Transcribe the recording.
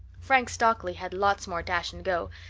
frank stockley had lots more dash and go,